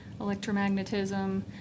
electromagnetism